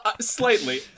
Slightly